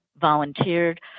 volunteered